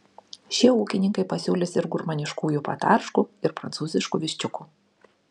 šie ūkininkai pasiūlys ir gurmaniškųjų patarškų ir prancūziškų viščiukų